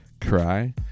cry